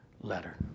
letter